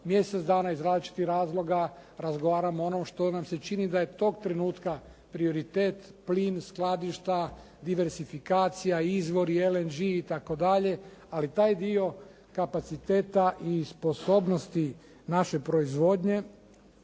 mjesec dana iz različitih razloga razgovaramo o onom što nam se čini da je tog trenutka prioritet plin, skladišta, diversifikacija, izvori, LNG itd. Ali taj dio kapaciteta i sposobnosti naše proizvodnje,